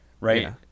right